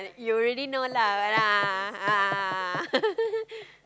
you already know lah but a'ah a'ah a'ah